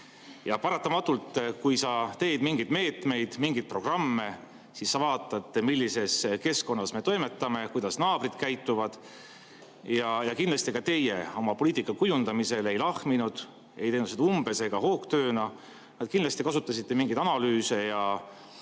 Ja paratamatult, kui sa teed mingeid meetmeid, mingeid programme, siis sa vaatad, millises keskkonnas me toimetame ja kuidas naabrid käituvad. Kindlasti ka teie oma poliitika kujundamisel ei lahminud, ei teinud seda umbes ega hoogtööna. Kindlasti kasutasite mingeid analüüse ja